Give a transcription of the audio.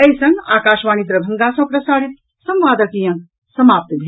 एहि संग आकाशवाणी दरभंगा सँ प्रसारित संवादक ई अंक समाप्त भेल